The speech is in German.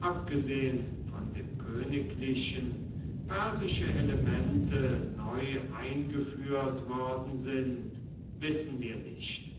abgesehen von dem königlichen persische elemente neu eingeführt worden sind wissen wir nicht